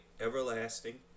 Everlasting